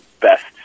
best